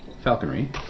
falconry